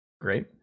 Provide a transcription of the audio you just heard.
Great